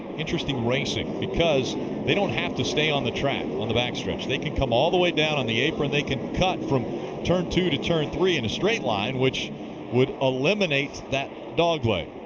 interesting racing because they don't have to stay on the track on the back stretch. they can come all the way down on the apron. they can cut from turn two to turn three in a straight line which would eliminate that dogleg.